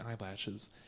eyelashes